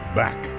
back